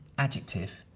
adjective,